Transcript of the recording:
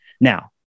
Now